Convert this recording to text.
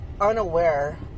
unaware